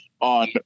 on